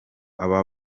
aba